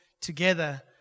together